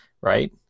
right